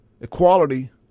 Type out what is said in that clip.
equality